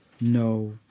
no